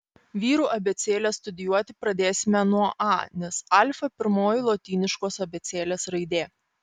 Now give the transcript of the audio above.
vyrų abėcėlę studijuoti pradėsime nuo a nes alfa pirmoji lotyniškos abėcėlės raidė